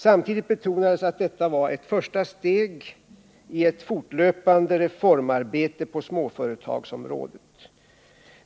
Samtidigt betonades att detta var ett första steg i ett fortlöpande reformarbete på småföretagsområdet.